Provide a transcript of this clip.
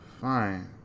fine